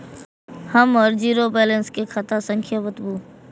हमर zero balance के खाता संख्या बतबु?